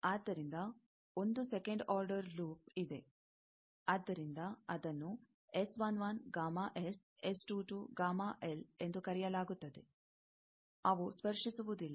ಆದ್ದರಿಂದ ಒಂದು second order loop ಇದೆ ಆದ್ದರಿಂದ ಅದನ್ನು ಎಂದು ಕರೆಯಲಾಗುತ್ತದೆ ಅವು ಸ್ಪರ್ಶಿಸುವುದಿಲ್ಲ